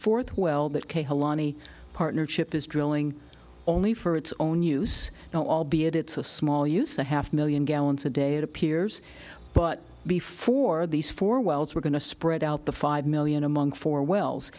fourth well that cahill lonnie partnership is drilling only for its own use now albeit it's a small use a half million gallons a day it appears but before these four wells we're going to spread out the five million among four wells